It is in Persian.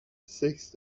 سکس